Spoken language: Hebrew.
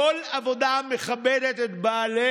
אומנם בזום,